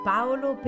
Paolo